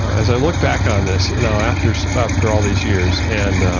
as i look back on this you know after so after all these years and